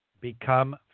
Become